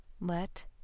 Let